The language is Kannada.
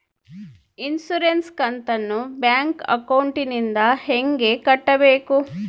ಇನ್ಸುರೆನ್ಸ್ ಕಂತನ್ನ ಬ್ಯಾಂಕ್ ಅಕೌಂಟಿಂದ ಹೆಂಗ ಕಟ್ಟಬೇಕು?